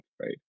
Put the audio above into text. right